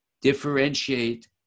differentiate